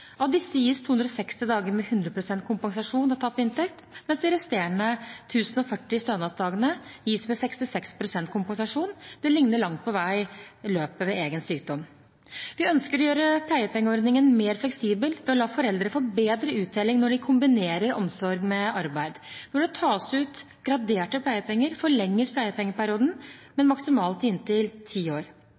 Av disse gis 260 dager med 100 pst. kompensasjon av tapt inntekt, mens de resterende 1 040 stønadsdagene gis med 66 pst. kompensasjon. Det ligner langt på vei løpet ved egen sykdom. Vi ønsker å gjøre pleiepengeordningen mer fleksibel ved å la foreldrene få bedre uttelling når de kombinerer omsorgen med arbeid. Når det tas ut graderte pleiepenger, forlenges pleiepengeperioden, men maksimalt i inntil ti år.